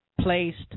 placed